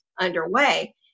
underway